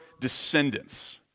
descendants